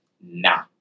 nah